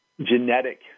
genetic